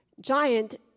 Giant